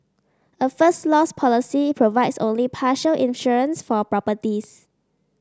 a First Loss policy provides only partial insurance for properties